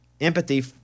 empathy